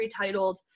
retitled